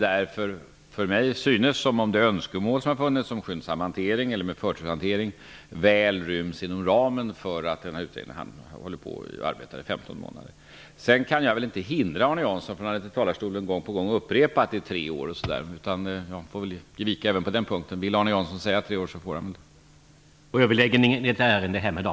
Därför synes det mig som om de önskemål som har funnits om skyndsam eller för turshantering väl tillgodoses inom ramen för denna utredning som håller på att arbeta i 15 må nader. Sedan kan jag väl inte hindra Arne Jansson från att i talarstolen gång på gång upprepa att det är tre år. Jag får väl ge vika även på den punkten. Om Arne Jansson vill säga tre år så får han väl göra det.